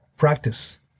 practice